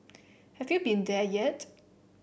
have you been there yet